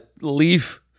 leaf